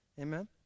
Amen